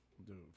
Dude